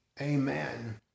Amen